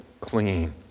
clean